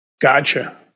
Gotcha